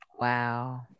Wow